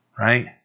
right